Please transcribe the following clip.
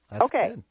Okay